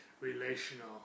relational